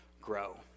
grow